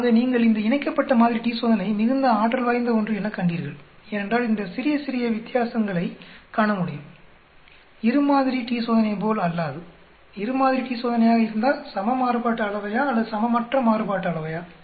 ஆக நீங்கள் இந்த இணைக்கப்பட்ட மாதிரி t சோதனை மிகுந்த ஆற்றல்வாய்ந்த ஒன்று என கண்டீர்கள் ஏனென்றால் இதனால் சிறிய சிறிய வித்தியாசங்களை காண முடியும் இரு மாதிரி t சோதனை போல் அல்லாது இரு மாதிரி t சோதனையாக இருந்தால் சம மாறுபாட்டு அளவையா அல்லது சமமற்ற மாறுபாட்டு அளவையா